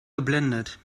geblendet